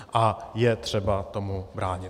A je třeba tomu bránit.